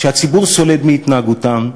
שהציבור סולד מהתנהגותן,